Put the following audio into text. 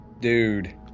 Dude